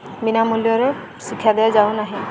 ବିନା ମୂଲ୍ୟରେ ଶିକ୍ଷା ଦିଆଯାଉନାହିଁ